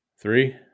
Three